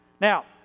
Now